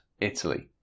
Italy